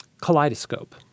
kaleidoscope